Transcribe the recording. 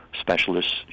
specialists